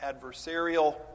adversarial